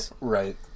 right